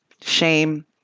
Shame